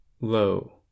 Lo